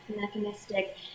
mechanistic